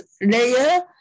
layer